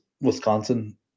Wisconsin